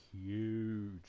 huge